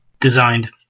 Designed